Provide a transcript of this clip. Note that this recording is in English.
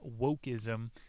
wokeism